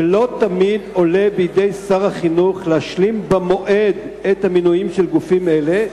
שלא תמיד עולה בידי שר החינוך להשלים במועד את המינויים של גופים אלה,